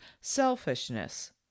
selfishness